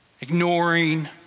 ignoring